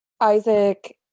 Isaac